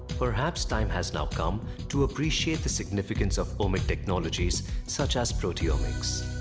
perhaps time has now come to appreciate the significance of omics technologies such as proteomics.